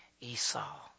Esau